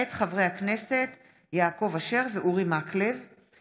הצעת חוק הארכת תקופות וקיום